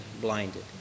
blinded